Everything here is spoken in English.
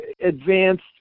advanced